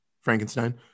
Frankenstein